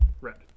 red